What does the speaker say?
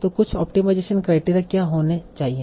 तो कुछ optimisation criteria क्या होने चाहिए